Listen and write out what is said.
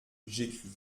j’écris